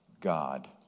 God